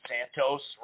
Santos